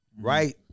right